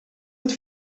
het